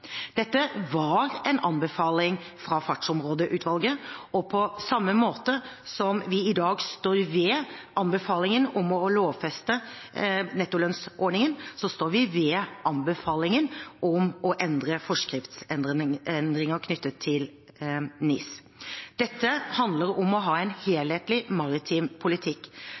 Dette var en anbefaling fra Fartsområdeutvalget, og på samme måte som vi i dag står ved anbefalingen om å lovfeste nettolønnsordingen, står vi ved anbefalingen om å endre forskriftsendringer knyttet til NIS. Dette handler om å ha en helhetlig maritim politikk.